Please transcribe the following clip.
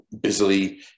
busily